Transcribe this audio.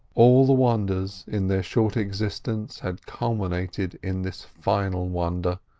all the wonders in their short existence had culminated in this final wonder,